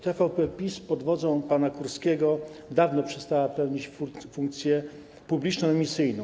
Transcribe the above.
TVP PiS pod wodzą pana Kurskiego dawno przestała pełnić misję publiczną.